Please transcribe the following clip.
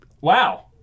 Wow